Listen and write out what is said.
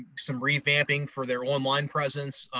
some revamping for their online presence,